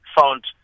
found